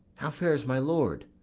how fares my lord?